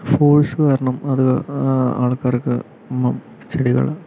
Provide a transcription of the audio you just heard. force കാരണം അത് ആൾക്കാർക്ക് ചെടികള്